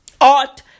Art